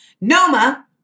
Noma